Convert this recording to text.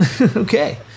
okay